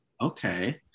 Okay